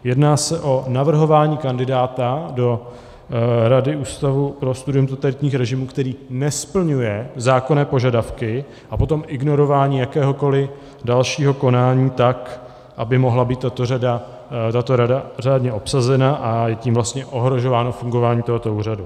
Jedná se o navrhování kandidáta do Rady Ústavu pro studium totalitních režimů, který nesplňuje zákonné požadavky, a potom ignorování jakéhokoliv dalšího konání tak, aby mohla být tato rada řádně obsazena, a je tím vlastně ohrožováno fungování tohoto úřadu.